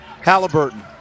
Halliburton